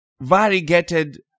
Variegated